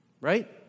Right